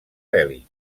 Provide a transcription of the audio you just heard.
bèl·lic